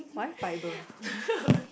why fiber